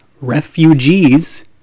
refugees